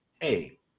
hey